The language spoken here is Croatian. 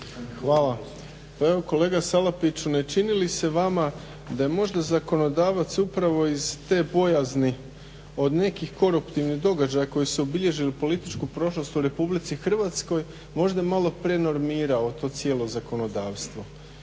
Hvala. Pa evo kolega Salapiću ne čini li se vama da je možda zakonodavac upravo iz te bojazni iz nekih koruptivnih događaja koja su obilježila političku prošlost u RH možda malo prenormirao to cijelo zakonodavstvo?